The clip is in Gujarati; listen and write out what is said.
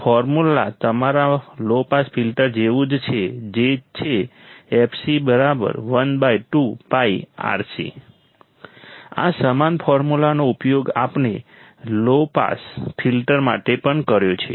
ફોર્મ્યુલા તમારા લો પાસ ફિલ્ટર જેવું જ છે જે છે fc 1 2 πRC આ સમાન ફોર્મ્યુલાનો ઉપયોગ આપણે લો પાસ ફિલ્ટર માટે પણ કર્યો છે